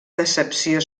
decepció